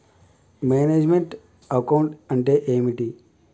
Manage meant account అంటే ఏమిటి?